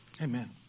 Amen